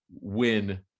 win